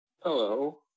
Hello